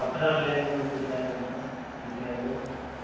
कपड़ा लै लिहो दू चारि रङ्गके दू चारि गो